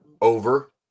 over